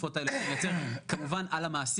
כן.